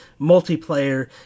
multiplayer